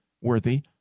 worthy